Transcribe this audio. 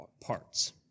parts